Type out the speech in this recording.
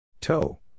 Toe